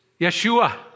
Yeshua